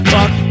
Fuck